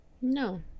No